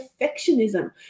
perfectionism